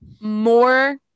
more